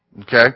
Okay